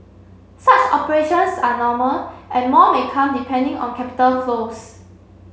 such operations are normal and more may come depending on capital flows